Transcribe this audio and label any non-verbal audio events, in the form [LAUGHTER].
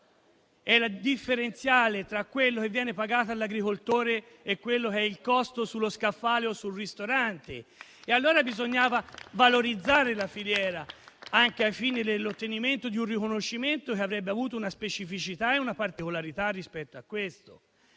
è la differenza tra quello che viene pagato all'agricoltore e il costo del prodotto sullo scaffale o al ristorante. [APPLAUSE] Allora bisognava valorizzare la filiera anche ai fini dell'ottenimento di un riconoscimento che avrebbe avuto una specificità e una particolarità. Si parla di